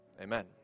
amen